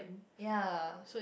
ya